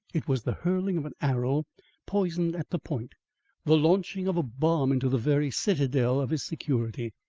it was the hurling of an arrow poisoned at the point the launching of a bomb into the very citadel of his security.